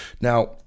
Now